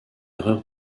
erreur